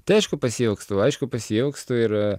tai aišku pasiilgstu aišku pasiilgstu ir